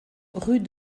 rue